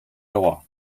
lore